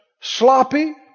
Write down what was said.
sloppy